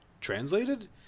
translated